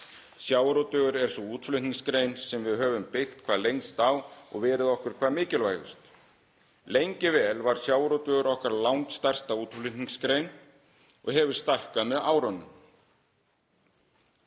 Sjávarútvegur er sú útflutningsgrein sem við höfum byggt hvað lengst á og verið okkur hvað mikilvægust. Lengi vel var sjávarútvegur okkar langstærsta útflutningsgrein og hefur stækkað með árunum.